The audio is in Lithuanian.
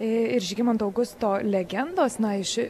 ir žygimanto augusto legendos na iš